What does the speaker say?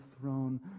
throne